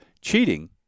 cheating